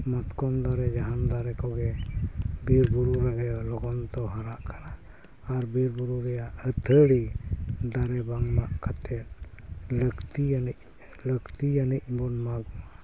ᱢᱟᱛᱠᱚᱢ ᱫᱟᱨᱮ ᱡᱟᱦᱟᱱ ᱫᱟᱨᱮ ᱠᱚᱜᱮ ᱵᱤᱨ ᱵᱩᱨᱩ ᱨᱮᱜᱮ ᱞᱚᱜᱚᱱ ᱫᱚ ᱦᱟᱨᱟᱜ ᱠᱟᱱᱟ ᱟᱨ ᱵᱤᱨ ᱵᱩᱨᱩ ᱨᱮᱭᱟᱜ ᱟᱹᱛᱷᱟᱹᱲᱤ ᱫᱟᱨᱮ ᱵᱟᱝ ᱢᱟᱜ ᱠᱟᱛᱮᱫ ᱞᱟᱹᱠᱛᱤᱭᱟᱱᱤᱡ ᱞᱟᱹᱠᱛᱤᱭᱟᱱᱤᱡ ᱵᱚᱱ ᱢᱟᱜ ᱢᱟ